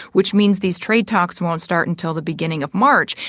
which means these trade talks won't start until the beginning of march.